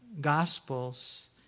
Gospels